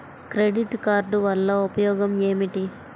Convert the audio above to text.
Credit card వల్ల ఉపయోగం ఏమిటీ?